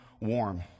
warm